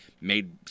made